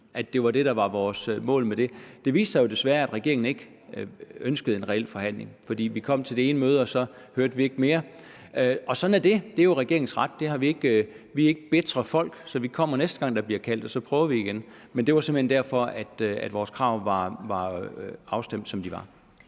det var det, der var vores mål med det. Det viste sig jo desværre, at regeringen ikke ønskede en reel forhandling, for vi kom til dét ene møde, og så hørte vi ikke mere. Sådan er det, og det er jo regeringens ret. Vi er ikke bitre folk, så vi kommer, næste gang der bliver kaldt, og så prøver vi igen. Men det var simpelt hen derfor, at vores krav var afstemt, som de var.